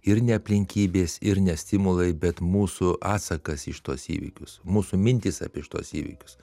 ir ne aplinkybės ir ne stimulai bet mūsų atsakas į šituos įvykius mūsų mintys apie šituos įvykius